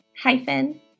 hyphen